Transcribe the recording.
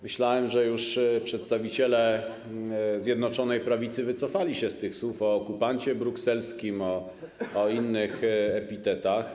Myślałem, że przedstawiciele Zjednoczonej Prawicy wycofali się już ze słów o okupancie brukselskim, z innych epitetów.